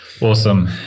Awesome